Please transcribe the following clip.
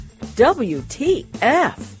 WTF